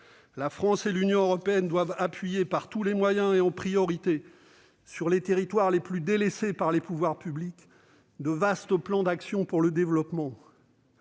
La France et l'Union européenne doivent encourager par tous les moyens, et en priorité sur les territoires les plus délaissés par les pouvoirs publics, de vastes plans d'action pour le développement.